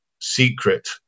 secret